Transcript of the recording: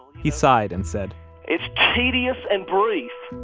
he sighed and said it's tedious and brief.